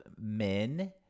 men